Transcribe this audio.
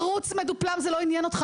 תירוץ מדופלם, הרי זה לא מעניין אותך.